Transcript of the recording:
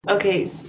Okay